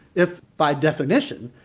if by definition,